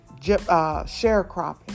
Sharecropping